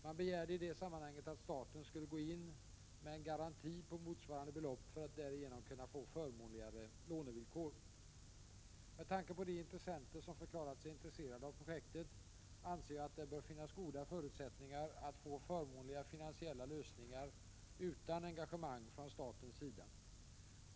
Man begärde i det sammanhanget att staten skulle gå in med en garanti på motsvarande belopp för att därigenom kunna få förmånligare lånevillkor. Med tanke på de företag som förklarat sig intresserade av projektet, anser jag att det bör finnas goda förutsättningar att få förmånliga finansiella lösningar utan engagemang från statens sida.